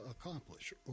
accomplish